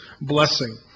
Blessing